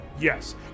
Yes